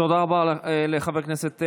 תודה רבה לחבר הכנסת מקלב.